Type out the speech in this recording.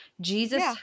Jesus